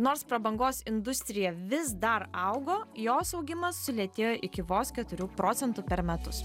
nors prabangos industrija vis dar augo jos augimas sulėtėjo iki vos keturių procentų per metus